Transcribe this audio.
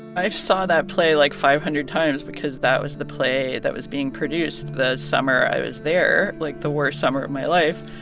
i saw that play, like, five hundred times because that was the play that was being produced the summer i was there like, the worst summer of my life.